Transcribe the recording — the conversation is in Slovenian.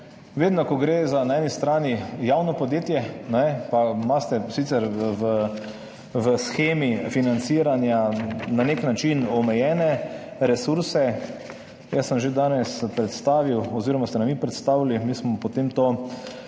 vedno, ko gre za na eni strani javno podjetje, ne, pa imate sicer v shemi financiranja na nek način omejene resurse. Jaz sem že danes predstavil oziroma ste nam vi predstavili, mi smo potem to